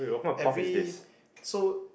every so